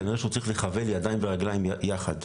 כנראה שהוא צריך להיכבל ידיים ורגליים יחד.